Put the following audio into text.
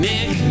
Nick